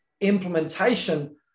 implementation